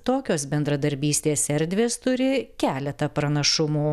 tokios bendradarbystės erdvės turi keletą pranašumų